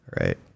Right